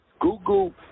Google